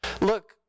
Look